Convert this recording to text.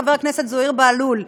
חבר הכנסת זוהיר בהלול,